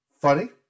funny